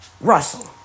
Russell